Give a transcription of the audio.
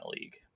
league